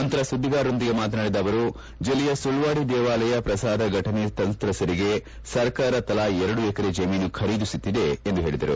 ನಂತರ ಸುದ್ದಿಗಾರರೊಂದಿಗೆ ಮಾತನಾಡಿದ ಅವರು ಜಲ್ಲೆಯ ಸುಳ್ವಾಡಿ ದೇವಾಲಯ ಪ್ರಸಾದ ಫಟನೆ ಸಂತ್ರಸ್ಥರಿಗಾಗಿ ಸರ್ಕಾರ ತಲಾ ಎರಡು ಎಕರೆ ಜಮೀನು ಖರೀದಿಸುತ್ತಿದೆ ಎಂದು ಹೇಳದರು